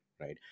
right